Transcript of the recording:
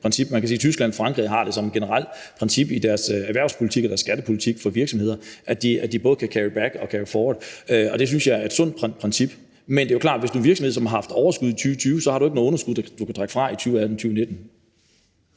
Man kan sige, at Tyskland og Frankrig har det som et generelt princip i deres erhvervspolitik og deres skattepolitik for virksomheder, at de både kan carry back og carry forward, og det synes jeg er et sundt princip. Men det er klart, at hvis du har en virksomhed, som har haft overskud i 2020, har du ikke noget underskud, du kan trække fra i 2018 og 2019.